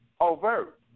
overt